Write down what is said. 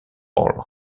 roll